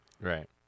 right